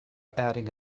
adding